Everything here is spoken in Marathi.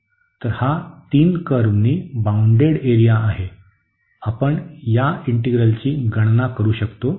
तर हा तीन कर्व्हनी बाउंडेड एरिया आहे आपण या इंटिग्रलची गणना करू शकतो